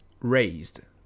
raised